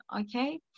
okay